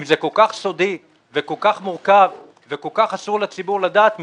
אם זה כל כך סודי וכל כך מורכב וכל כך אסור לציבור לדעת מזה,